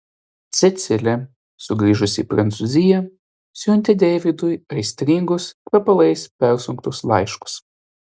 cecilė sugrįžusi į prancūziją siuntė deividui aistringus kvepalais persunktus laiškus